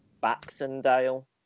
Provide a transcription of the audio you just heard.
Baxendale